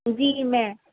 جی میں